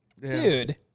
Dude